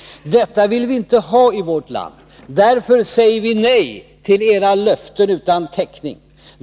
Detta vill vi inte ha i vårt land. Därför säger vi nej till era löften utan täckning.